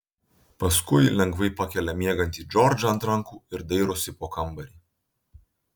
paskui lengvai pakelia miegantį džordžą ant rankų ir dairosi po kambarį